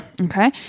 Okay